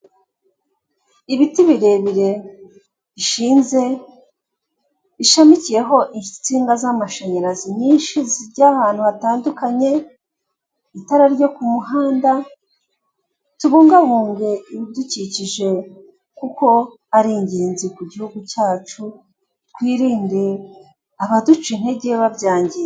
Ibiti birebire bishinze bishamikiyeho insinga z'amashanyarazi nyinshi zijya ahantu hatandukanye itara ryo kumuhanda tubungabunge ibidukikije kuko ari ingenzi ku gihugu cyacu twirinde abaduca intege babyangiza .